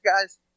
guys